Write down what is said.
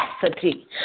capacity